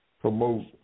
Promote